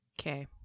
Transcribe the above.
Okay